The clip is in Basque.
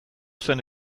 zen